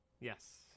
Yes